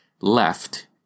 left